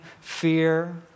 fear